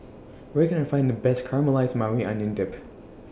Where Can I Find The Best Caramelized Maui Onion Dip